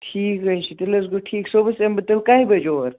ٹھیٖک حظ چھُ تیٚلہِ حظ گوٚو ٹھیٖک صُبحس یِمہِ بہٕ تیٚلہِ کاہہِ بجہِ اوٗر